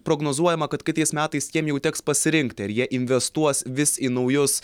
prognozuojama kad kitais metais jiem jau teks pasirinkti ar jie investuos vis į naujus